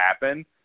happen